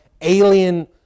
alien